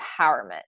empowerment